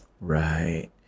right